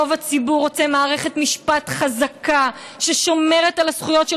רוב הציבור רוצה מערכת משפט חזקה ששומרת על הזכויות של